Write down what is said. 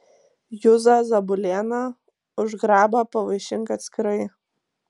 juzą zabulėną už grabą pavaišink atskirai